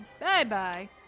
Bye-bye